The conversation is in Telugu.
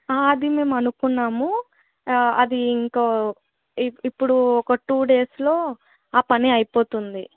అది మేం అనుకున్నాము అది ఇంకో ఇప్ ఇప్పుడు ఒక టూ డేస్లో ఆ పని అయిపోతుంది